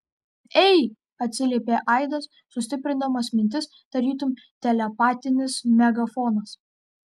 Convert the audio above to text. ei atsiliepė aidas sustiprindamas mintis tarytum telepatinis megafonas